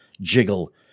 jiggle